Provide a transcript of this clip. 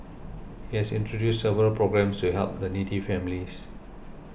he has introduced several programmes to help the needy families